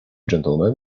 gentlemen